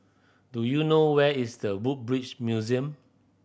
do you know where is The Woodbridge Museum